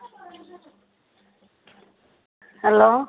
hello